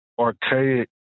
archaic